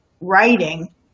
writing